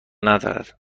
ندارد